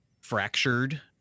fractured